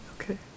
okay